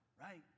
right